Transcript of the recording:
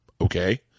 okay